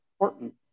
important